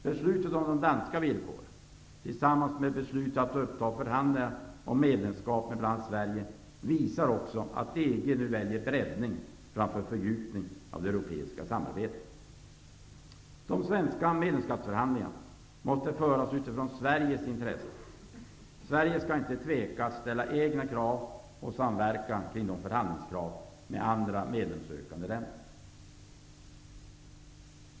Beslutet om de danska villkoren tillsammans med beslutet att uppta förhandlingar om medlemskap med bl.a. Sverige visar också att EG nu väljer breddning framför fördjupning av det europeiska samarbetet. De svenska medlemskapsförhandlingarna måste föras utifrån Sveriges intressen. Sverige skall inte tveka att ställa egna krav och att samverka kring dessa förhandlingskrav med andra medlemssökande länder.